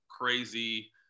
crazy